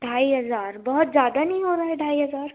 ढाई हज़ार बहुत ज़्यादा नहीं हो रहा है ढाई हज़ार